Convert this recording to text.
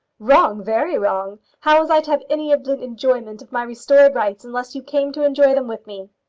wrong very wrong! how was i to have any of the enjoyment of my restored rights unless you came to enjoy them with me?